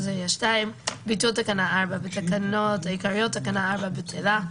ביטול תקנה 4 בתקנות העיקריות תקנה 4 - בטלה.